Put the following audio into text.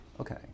okay